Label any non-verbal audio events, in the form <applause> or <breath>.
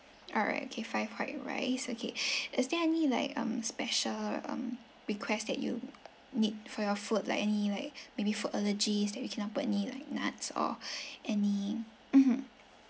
alright okay five white rice okay <breath> is there any like um special um request that you need for your food like any like maybe food allergies that we cannot put any like nuts or <breath> any mmhmm